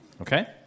Okay